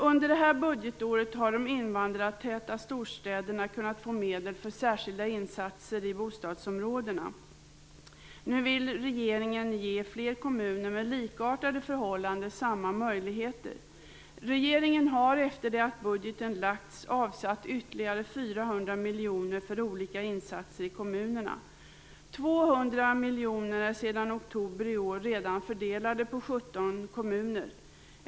Under det här budgetåret har de invandrartäta storstäderna kunnat få medel för särskilda insatser i bostadsområden. Nu vill regeringen ge flera kommuner med likartade förhållanden samma möjligheter. Regeringen har, efter det att budgeten lagts, avsatt ytterligare 400 miljoner kronor för olika insatser i kommunerna. 200 miljoner kronor är sedan oktober i år redan fördelade på 17 kommuner.